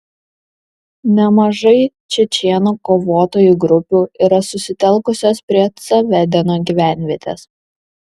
nemažai čečėnų kovotojų grupių yra susitelkusios prie ca vedeno gyvenvietės